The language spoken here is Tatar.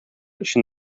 өчен